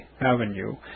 Avenue